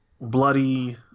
bloody